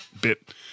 bit